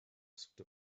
asked